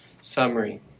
summary